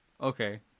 Okay